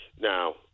Now